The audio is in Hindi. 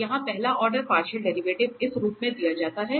तो यहाँ पहला ऑर्डर पार्शियल डेरिवेटिव इस रूप में दिया जा सकता है